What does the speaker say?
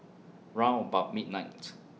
round about midnights